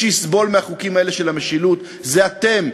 שיסבלו מהחוקים האלה של המשילות אלה אתם,